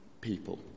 people